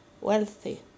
wealthy